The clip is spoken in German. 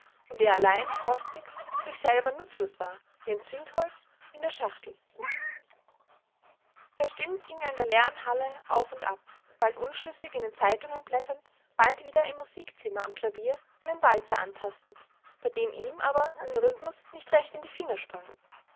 und er allein frostig und sich selber nutzlos war wie ein zündholz in der schachtel verstimmt ging er in der leeren hall auf und ab bald unschlüssig in den zeitungen blätternd bald wieder im musikzimmer am klavier einen walzer antastend bei dem ihm aber der rhythmus nicht recht in die finger sprang